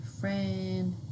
friend